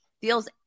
feels